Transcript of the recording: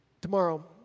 Tomorrow